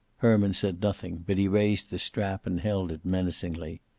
herman said nothing, but he raised the strap and held it menacingly.